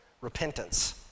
repentance